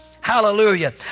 Hallelujah